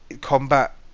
combat